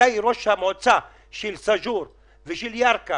מתי ראשי המועצות של סאג'ור ושל ירכא